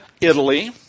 Italy